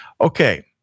okay